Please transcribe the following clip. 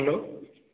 hello